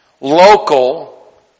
local